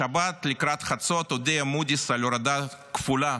בשבת לקראת חצות הודיעה מודי'ס על הורדה כפולה